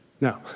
Now